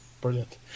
brilliant